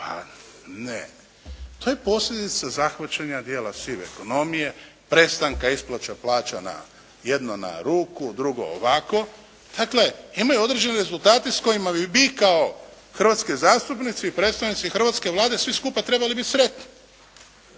A ne. To je posljedica zahvaćanja dijela sive ekonomije, prestanka isplata plaća na, jedno na ruku, drugo ovako. Dakle imaju određeni rezultati s kojima bi mi kao hrvatski zastupnici i predstavnici hrvatske Vlade svi skupa trebali biti sretni.